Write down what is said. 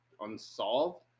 unsolved